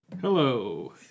Hello